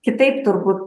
kitaip turbūt